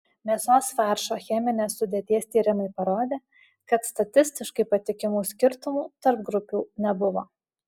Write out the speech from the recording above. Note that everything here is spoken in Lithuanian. mėsos faršo cheminės sudėties tyrimai parodė kad statistiškai patikimų skirtumų tarp grupių nebuvo